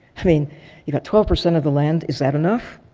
i mean you know twelve percent the land. is that enough?